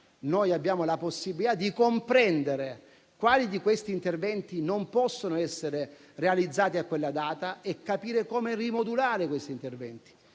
oggi abbiamo la possibilità di comprendere quali di questi interventi non possono essere realizzati a quella data e capire come rimodularli, mentre tra